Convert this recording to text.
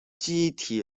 记忆体